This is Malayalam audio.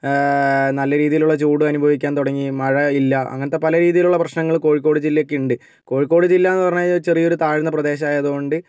നല്ല രീതിയിലുള്ള ചൂട് അനുഭവിക്കാൻ തുടങ്ങി മഴയില്ല അങ്ങനത്തെ പല രീതിയിലുള്ള പ്രശ്നങ്ങൾ കോഴിക്കോട് ജില്ലയ്ക്ക് ഉണ്ട് കോഴിക്കോട് ജില്ലയെന്ന് പറഞ്ഞു കഴിഞ്ഞാൽ ഒരു ചെറിയൊരു താഴ്ന്ന പ്രദേശമായതുകൊണ്ട്